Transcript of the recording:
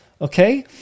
Okay